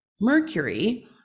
Mercury